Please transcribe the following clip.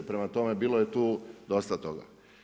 Prema tome bilo je tu dosta toga.